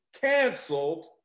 canceled